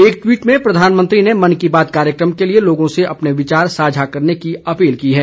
एक ट्वीट में प्रधानमंत्री ने मन की बात कार्यक्रम के लिए लोगों से अपने विचार साझा करने की अपील की है